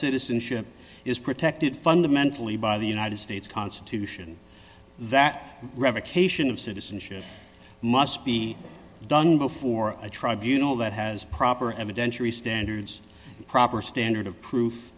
citizenship is protected fundamentally by the united states constitution that revocation of citizenship must be done before a tribunal that has proper evidentiary standards a proper standard of proof